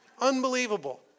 Unbelievable